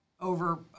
over